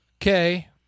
Okay